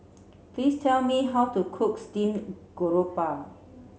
please tell me how to cook Steamed Garoupa